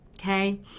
Okay